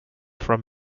from